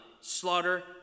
slaughter